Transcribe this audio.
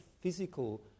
physical